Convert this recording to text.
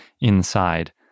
inside